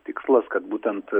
tikslas kad būtent